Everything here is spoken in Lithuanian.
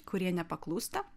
kurie nepaklūsta